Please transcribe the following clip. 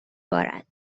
بارد